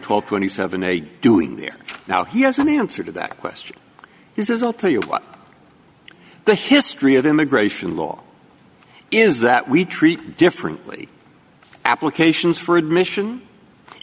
twenty seven dollars a doing there now he has an answer to that question this is all tell you what the history of immigration law is that we treat differently applications for admission